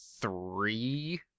three